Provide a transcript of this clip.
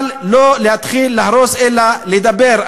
אבל לא להתחיל להרוס, אלא לדבר.